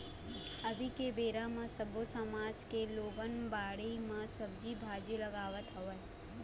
अभी के बेरा म सब्बो समाज के लोगन बाड़ी म सब्जी भाजी लगावत हवय